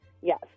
yes